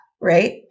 Right